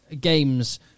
games